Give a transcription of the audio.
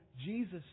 Jesus